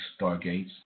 stargates